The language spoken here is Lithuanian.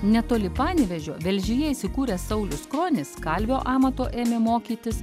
netoli panevėžio velžyje įsikūręs saulius kronis kalvio amato ėmė mokytis